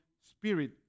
spirit